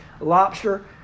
lobster